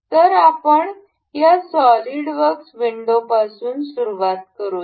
तर आपण या सॉलिडवर्क्स विंडोपासून सुरुवात करूया